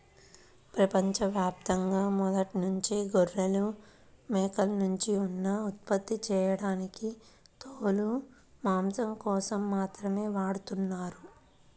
ప్రపంచ యాప్తంగా మొదట్నుంచే గొర్రెలు, మేకల్నుంచి ఉన్ని ఉత్పత్తి చేయడానికి తోలు, మాంసం కోసం మాత్రమే వాడతన్నారు